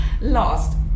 Last